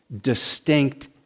distinct